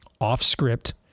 off-script